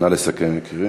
נא לסכם, יקירי.